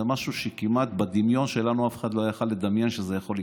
זה משהו שבדמיון שלנו כמעט אף אחד לא היה יכול לדמיין שזה יכול לקרות.